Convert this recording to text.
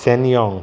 SsangYong